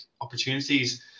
opportunities